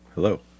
Hello